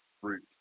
fruit